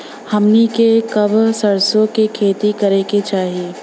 हमनी के कब सरसो क खेती करे के चाही?